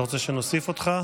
אתה רוצה שנוסיף אותך?